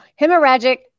Hemorrhagic